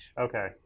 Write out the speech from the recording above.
Okay